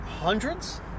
Hundreds